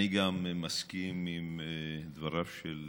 אני גם מסכים לדבריו של